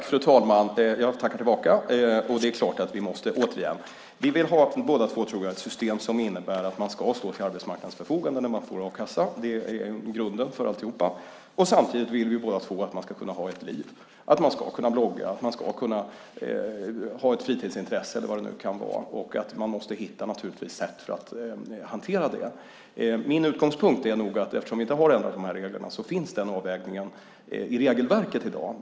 Fru talman! Även jag tackar. Det är klart att vi båda vill ha ett system som innebär att man ska stå till arbetsmarknadens förfogande när man får a-kassa. Det är grunden för allt. Samtidigt vill vi båda två att man ska kunna ha ett liv, kunna blogga, utöva ett fritidsintresse eller vad det kan vara. Det måste finnas sätt för att hantera detta. Min utgångspunkt är att eftersom reglerna inte har ändrats finns den avvägningen i regelverket i dag.